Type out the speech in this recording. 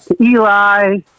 Eli